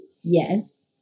yes